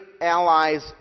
allies